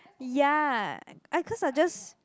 ya I cause I just